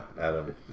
Adam